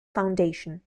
foundation